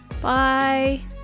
Bye